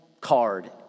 card